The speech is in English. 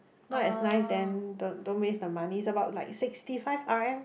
not as nice then to waste the money it's about like sixty five R_M